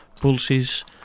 pulses